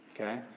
Okay